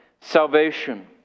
salvation